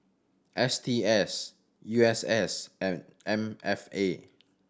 S T S U S S and M F A